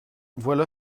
voilà